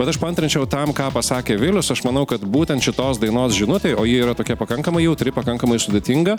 bet aš paantrinčiau tam ką pasakė vilius aš manau kad būtent šitos dainos žinutei o ji yra tokia pakankamai jautri pakankamai sudėtinga